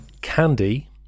candy